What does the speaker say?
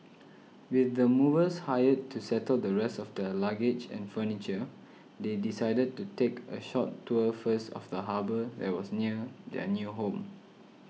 with the movers hired to settle the rest of their luggage and furniture they decided to take a short tour first of the harbour that was near their new home